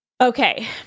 Okay